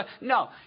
No